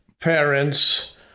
parents